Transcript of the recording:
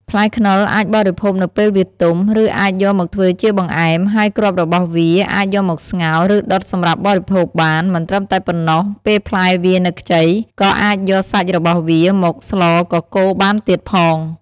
ផ្លែខ្នុរអាចបរិភោគនៅពែលវាទុំ ឬអាចយកមកធ្វើជាបង្អែម ហើយគ្រាប់របស់វាអាចយកមកស្ងោរ ឬដុតសម្រាប់បរិភោគបាន មិនត្រឹមតែប៉ុណ្នោះពេលផ្លែវានៅខ្ចីក៏អាចយកសាច់របស់វាមកស្លកកូរបានទៀតផង។